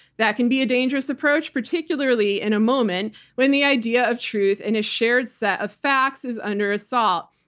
that can be a dangerous approach, particularly in a moment when the idea of truth and a shared set of facts is under assault.